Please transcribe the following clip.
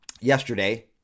yesterday